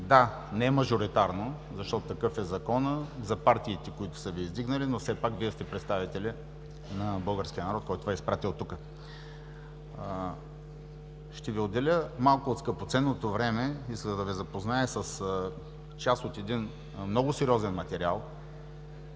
да, не мажоритарно, защото такъв е Законът, за партиите, които са Ви издигнали, но все пак Вие сте представители на българския народ, който Ви е изпратил тук. Ще Ви отделя малко от скъпоценното време, за да Ви запозная с част от един много сериозен материал